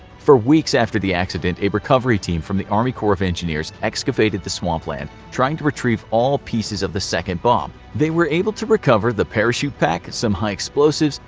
for weeks after the accident, a recovery team from the army corps of engineers excavated the swampland, trying to retrieve all pieces of the second bomb. they were able to recover the parachute pack, some high explosives,